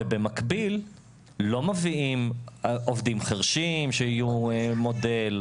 ובמקביל, לא מביאים עובדים חירשים שיהיו מודל.